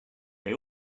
they